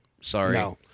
Sorry